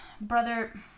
Brother